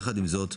יחד עם זאת,